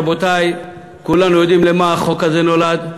רבותי, כולנו יודעים למה החוק הזה נולד: